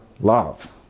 love